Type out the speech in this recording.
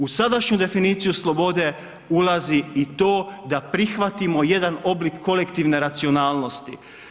U sadašnju definiciju slobode ulazi i to da prihvatimo jedan oblik kolektivne racionalnosti.